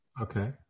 Okay